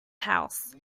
house